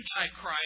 Antichrist